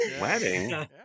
Wedding